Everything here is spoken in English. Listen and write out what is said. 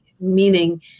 meaning